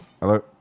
hello